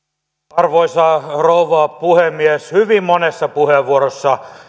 arvoisa rouva puhemies hyvin monessa puheenvuorossa